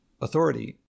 authority